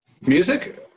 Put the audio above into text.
Music